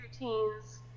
routines